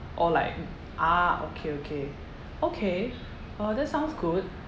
or like ah okay okay okay uh that sounds good